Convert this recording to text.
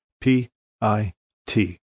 p-i-t